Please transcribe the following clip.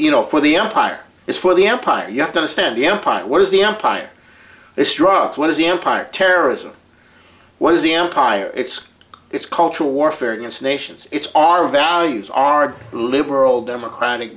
you know for the empire is for the empire you have to understand the empire what is the empire they struck what is the empire terrorism what is the empire it's its cultural warfare against nations it's our values our liberal democratic